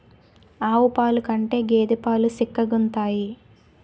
ఆవు పాలు కంటే గేద పాలు సిక్కగుంతాయి